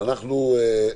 חגי,